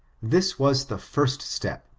this was the first step,